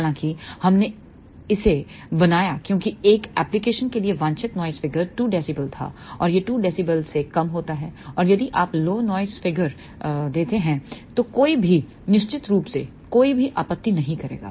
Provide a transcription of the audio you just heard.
हालाँकि हमने इसे बनाया क्योंकि एक एप्लिकेशन के लिए वांछित नॉइस फिगर 2 dB था और यह 2 dB से कम होता है और यदि आप लो नॉइस फिगर देते हैं तो कोई भी निश्चित रूप से कोई भी आपत्ती नहीं करेगा